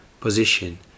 position